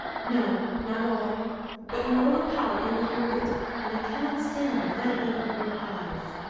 no, not all but you overpower me with your wit and i cannot stand the lightning of your eyes